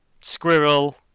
Squirrel